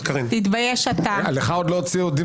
תתבייש אתה -- לך עוד לא הוציאו דין